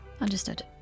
Understood